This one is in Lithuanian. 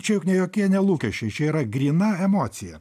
čia juk ne jokie ne lūkesčiai čia yra gryna emocija